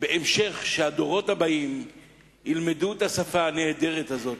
בהמשך שהדורות הבאים ילמדו את השפה הנהדרת הזאת,